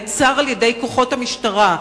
נעצר על-ידי כוחות המשטרה,